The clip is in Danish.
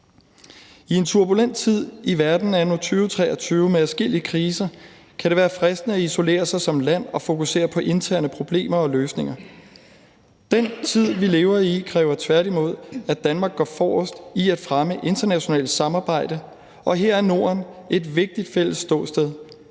I en turbulent tid i verden anno 2023 med adskillige kriser kan det være fristende at isolere sig som land og fokusere på interne problemer og løsninger, men den tid, vi lever i, kræver tværtimod, at Danmark går forrest i at fremme internationalt samarbejde, og her er Norden et vigtigt fælles ståsted.